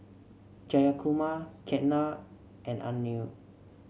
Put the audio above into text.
Jayakumar Ketna and Anil